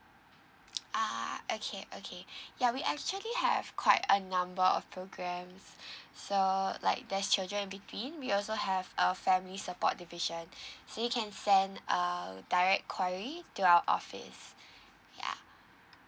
ah okay okay ya we actually have quite a number of programmes so like there's children in between we also have a family support division see if you can send err direct enquiry to our office yeah